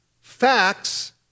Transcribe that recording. facts